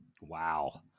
Wow